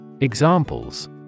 Examples